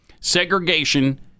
Segregation